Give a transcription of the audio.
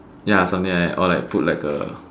ya something like that or put like a